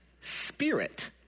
spirit